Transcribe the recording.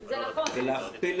זה לסגור את